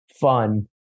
fun